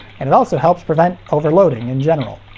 and it also helps prevent overloading in general.